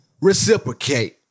reciprocate